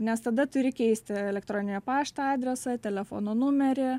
nes tada turi keisti elektroninio pašto adresą telefono numerį